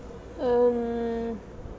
um